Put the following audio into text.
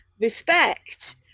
respect